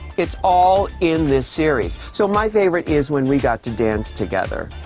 it's all in this series. so my favorite is when we got to dance together.